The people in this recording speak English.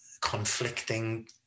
conflicting